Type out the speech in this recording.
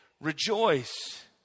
Rejoice